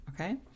okay